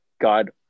god